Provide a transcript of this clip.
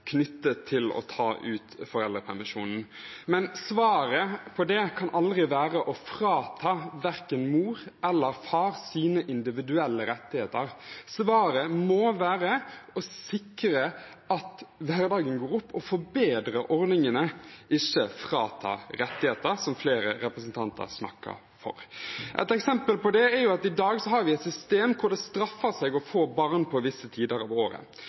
knyttet til å ta ut foreldrepermisjonen. Men svaret på det kan aldri være å frata verken mor eller far sine individuelle rettigheter. Svaret må være å sikre at hverdagen går opp og forbedre ordningene, ikke frata rettigheter, som flere representanter argumenterer for. Et eksempel på det er at vi i dag har et system hvor det straffer seg å få barn på visse tider av året.